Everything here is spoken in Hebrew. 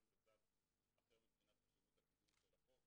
במצב אחר מבחינת הבנת החשיבות של החוק,